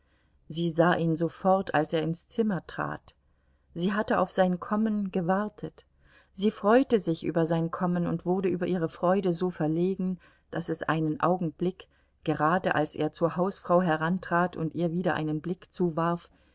sie sah ihn sofort als er ins zimmer trat sie hatte auf sein kommen gewartet sie freute sich über sein kommen und wurde über ihre freude so verlegen daß es einen augenblick gerade als er zur hausfrau herantrat und ihr wieder einen blick zuwarf